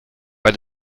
bei